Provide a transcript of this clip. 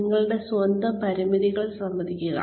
നിങ്ങളുടെ സ്വന്തം പരിമിതികൾ സമ്മതിക്കുക